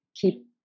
keep